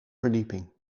verdieping